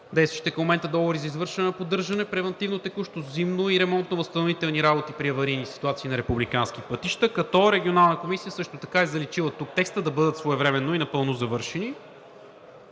действащите към момента договори, за извършване на поддържане (превантивно, текущо, зимно и ремонтно възстановителни работи при аварийни ситуации) на републикански пътища“, като Регионалната комисия също така е заличила текста „да бъдат своевременно и напълно завършени“.